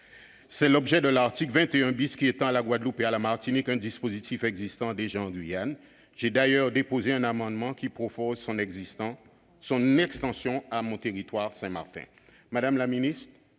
est l'objet de l'article 21 , qui étend à la Guadeloupe et à la Martinique un dispositif existant déjà en Guyane. J'ai d'ailleurs déposé un amendement dont l'objet est son extension à mon territoire, Saint-Martin. Madame la ministre,